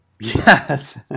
Yes